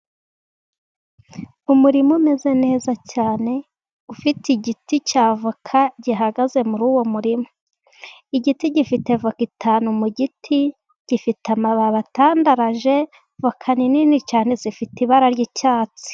Umurima umeze neza cyane, ufite igiti cy'avoka gihagaze muri uwo murima, igiti gifite avoka eshanu mu giti, gifite amababi atandaraje, avoka ni nini cyane zifite ibara ry'icyatsi.